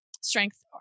strength